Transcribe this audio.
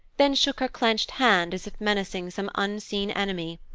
then shook her clenched hand as if menacing some unseen enemy.